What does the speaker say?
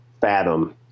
fathom